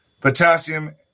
potassium